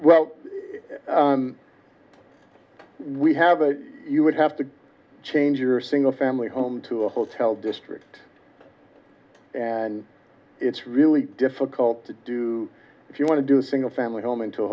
well we have a you would have to change your single family home to a hotel district and it's really difficult to do if you want to do a single family home into a